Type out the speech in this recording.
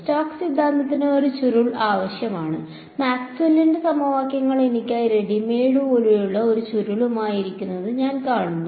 Stokes സിദ്ധാന്തത്തിന് ഒരു ചുരുൾ ആവശ്യമാണ് മാക്സ്വെല്ലിന്റെ സമവാക്യങ്ങൾ Maxwell's Equations എനിക്കായി റെഡിമെയ്ഡ് പോലെയുള്ള ഒരു ചുരുളുമായി ഇരിക്കുന്നത് ഞാൻ കാണുന്നു